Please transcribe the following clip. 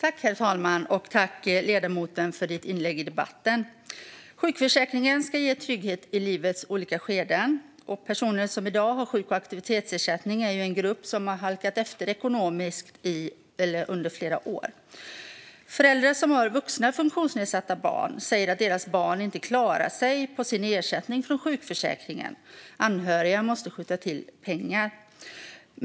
Herr talman! Jag tackar ledamoten för hennes inlägg i debatten. Sjukförsäkringen ska ge trygghet i livets olika skeden. Personer som i dag har sjuk och aktivitetsersättning är ju en grupp som har halkat efter ekonomiskt under flera år. Föräldrar som har vuxna funktionsnedsatta barn säger att deras barn inte klarar sig på sin ersättning från sjukförsäkringen - anhöriga måste skjuta till pengar.